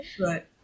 Right